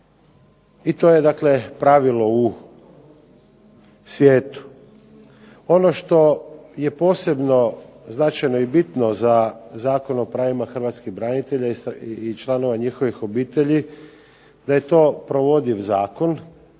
I to je pravilo u svijetu. Ono što je posebno značajno i bitno za Zakon o pravima Hrvatskih branitelja i članova njihovih obitelji da je to provediv zakon,